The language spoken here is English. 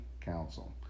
Council